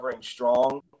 strong